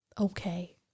Okay